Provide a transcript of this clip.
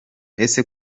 ese